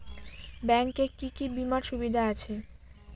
Bank এ কি কী বীমার সুবিধা আছে?